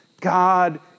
God